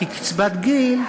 כי קצבת גיל,